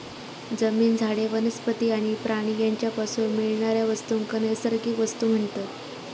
जमीन, झाडे, वनस्पती आणि प्राणी यांच्यापासून मिळणाऱ्या वस्तूंका नैसर्गिक वस्तू म्हणतत